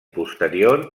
posterior